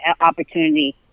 opportunity